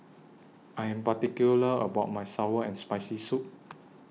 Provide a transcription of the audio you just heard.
I Am particular about My Sour and Spicy Soup